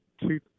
two